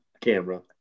camera